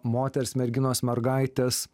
moters merginos mergaitės